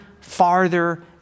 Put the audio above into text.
farther